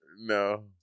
No